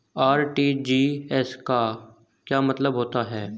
RTGS का क्या मतलब होता है?